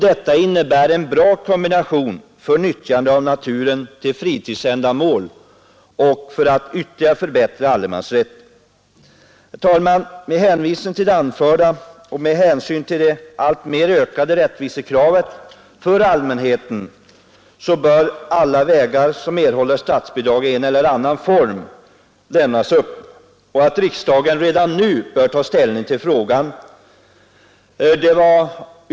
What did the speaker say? Detta är en bra kombination av utnyttjande av naturen för fritidsändamål och ytterligare förbättring av allemansrätten. Med hänsyn till det anförda och allmänhetens alltmer ökande krav på rättvisa bör alla vägar som erhåller statsbidrag i en eller annan form lämnas öppna. Riksdagen bör redan nu ta ställning till frågan.